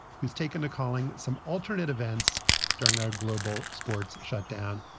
who's taken to calling some alternate events during our global sports shut down.